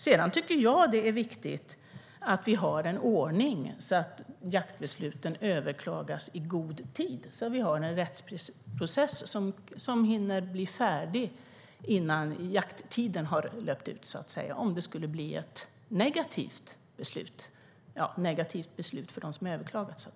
Sedan tycker jag att det är viktigt att vi har en ordning så att jaktbesluten överklagas i god tid och att vi har en rättsprocess som hinner bli färdig innan jakttiden har löpt ut om det skulle bli ett negativt beslut för dem som överklagat.